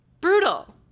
Brutal